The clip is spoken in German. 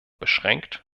beschränkt